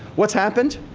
what's happened?